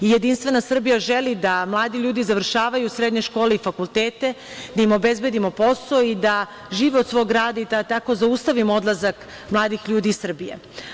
Jedinstvena Srbija želi da mladi ljudi završavaju srednje škole i fakultete, da im obezbedimo posao i da žive od svog rada i da tako zaustavimo odlazak mladih ljudi iz Srbije.